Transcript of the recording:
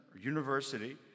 university